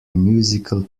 musical